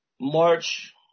March